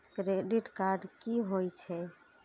Credit card की होई छै?